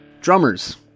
Drummers